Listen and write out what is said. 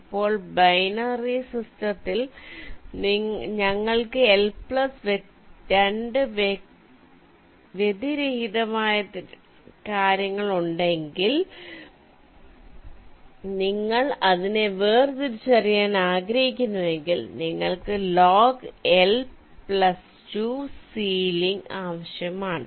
ഇപ്പോൾ ബൈനറി സിസ്റ്റത്തിൽ ഞങ്ങൾക്ക് എൽ പ്ലസ് 2 വ്യതിരിക്തമായ കാര്യങ്ങൾ ഉണ്ടെങ്കിൽ നിങ്ങൾ അതിനെ വേർതിരിച്ചറിയാൻ ആഗ്രഹിക്കുന്നുവെങ്കിൽ നിങ്ങൾക്ക് log 2 L two ceiling log2 L2 sealing ആവശ്യമാണ്